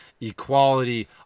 equality